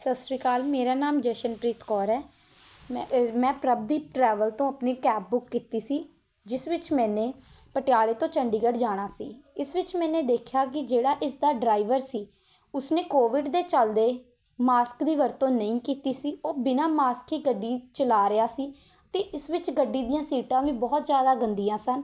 ਸਤਿ ਸ਼੍ਰੀ ਅਕਾਲ ਮੇਰਾ ਨਾਮ ਜਸ਼ਨਪ੍ਰੀਤ ਕੌਰ ਹੈ ਮੈਂ ਅ ਮੈਂ ਪ੍ਰਭਦੀਪ ਟਰੈਵਲ ਤੋਂ ਆਪਣੀ ਕੈਬ ਬੁੱਕ ਕੀਤੀ ਸੀ ਜਿਸ ਵਿੱਚ ਮੈਨੇ ਪਟਿਆਲੇ ਤੋਂ ਚੰਡੀਗੜ੍ਹ ਜਾਣਾ ਸੀ ਇਸ ਵਿੱਚ ਮੈਨੇ ਦੇਖਿਆ ਕਿ ਜਿਹੜਾ ਇਸ ਦਾ ਡਰਾਈਵਰ ਸੀ ਉਸਨੇ ਕੋਵਿਡ ਦੇ ਚੱਲਦੇ ਮਾਸਕ ਦੀ ਵਰਤੋਂ ਨਹੀਂ ਕੀਤੀ ਸੀ ਉਹ ਬਿਨਾਂ ਮਾਸਕ ਹੀ ਗੱਡੀ ਚਲਾ ਰਿਹਾ ਸੀ ਅਤੇ ਇਸ ਵਿੱਚ ਗੱਡੀ ਦੀਆਂ ਸੀਟਾਂ ਵੀ ਬਹੁਤ ਜ਼ਿਆਦਾ ਗੰਦੀਆਂ ਸਨ